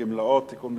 (תיקון מס'